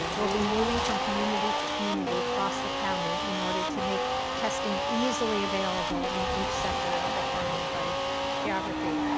we'll be moving from community to community across the county in order to make testing easily available in each sector of the county by geography.